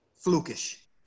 flukish